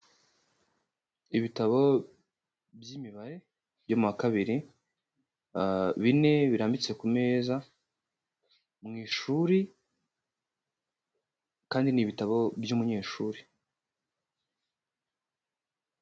Ibitabo by'imibare byo mu wa kabiri bine birambitse ku meza mu Ishuri, kandi ni ibitabo by'umunyeshuri.